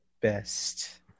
best